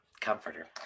comforter